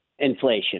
Inflation